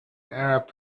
arab